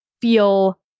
feel